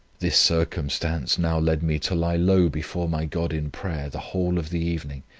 this circumstance now led me to lie low before my god in prayer the whole of the evening,